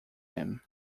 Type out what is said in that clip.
him